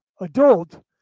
adult